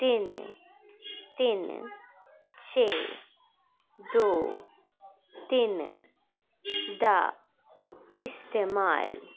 तिन तिन छे दो तिन दा इस्तमाल